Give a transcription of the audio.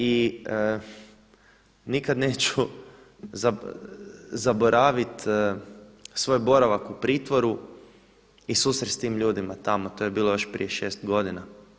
I nikada neću zaboraviti svoj boravak u pritvoru i susret s tim ljudima tamo, to je bilo još prije 6 godina.